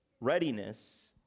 Readiness